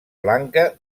blanca